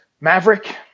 Maverick